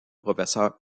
professeur